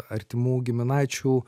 artimų giminaičių